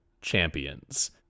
champions